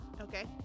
Okay